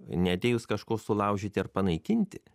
neatėjus kažko sulaužyti ar panaikinti